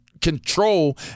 control